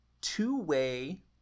two-way